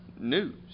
news